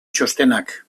txostenak